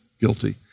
guilty